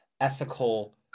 ethical